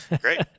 Great